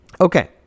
Okay